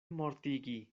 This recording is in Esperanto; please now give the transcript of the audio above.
mortigi